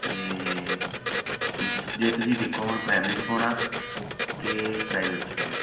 ਅਤੇ ਜਿਸ ਜੇ ਹੁਣ ਦੇਖੋ ਤੁਸੀਂ ਪ੍ਰੈਮਰੀ 'ਚ ਪਾਉਣਾ ਕਿ ਪ੍ਰਾਈਵੇਟ 'ਚ ਪਾਉਣਾ